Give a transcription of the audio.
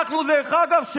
דרך אגב,